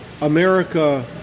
America